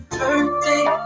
birthday